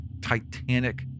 titanic